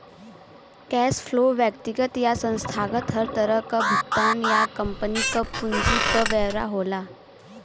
cash flow व्यक्तिगत या संस्थागत हर तरह क भुगतान या कम्पनी क पूंजी क ब्यौरा होला